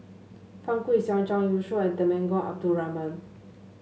Fang Guixiang Zhang Youshuo and Temenggong Abdul Rahman